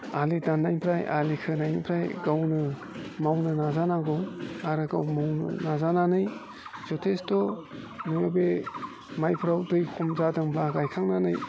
आलि दाननायनिफ्राय आलि खोनायनिफ्राय गावनो मावनो नाजानांगौ आरो गाव मावनो नाजानानै जथेस्त' नोङो बे माइफोराव दै खम जादोंब्ला हा गायखांनानै